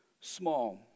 small